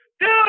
Dude